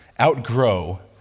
outgrow